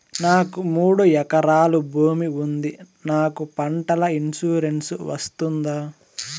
నాకు మూడు ఎకరాలు భూమి ఉంది నాకు పంటల ఇన్సూరెన్సు వస్తుందా?